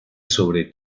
sobre